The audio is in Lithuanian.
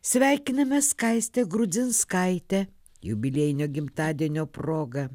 sveikiname skaistę grudzinskaitę jubiliejinio gimtadienio proga